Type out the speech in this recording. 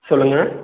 சொல்லுங்கள்